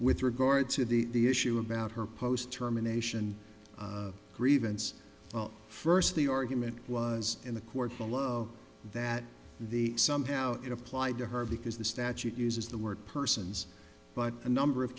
with regards to the the issue about her post terminations grievance well first the argument was in the court below that the somehow it applied to her because the statute uses the word persons but a number of